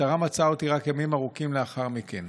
המשטרה מצאה אותי רק ימים ארוכים לאחר מכן.